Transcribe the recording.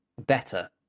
better